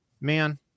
man